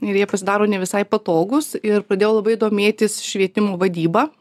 ir jie pasidaro ne visai patogūs ir pradėjau labai domėtis švietimo vadyba